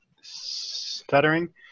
stuttering